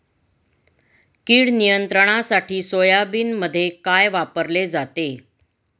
कीड नियंत्रणासाठी सोयाबीनमध्ये काय वापरले जाते?